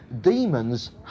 Demons